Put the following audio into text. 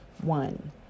One